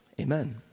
Amen